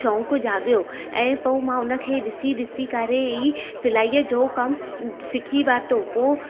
शौंक़ु जागियो ऐं पोइ मां हुनखे ॾिसी ॾिसी करे ई सिलाईअ जो कमु सिखी वरितो पोइ